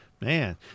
Man